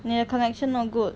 你的 connection not good